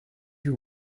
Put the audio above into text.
you